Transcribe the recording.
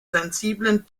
sensiblen